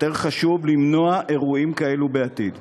חשוב יותר למנוע אירועים כאלה בעתיד.